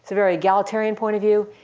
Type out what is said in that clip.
very egalitarian point of view.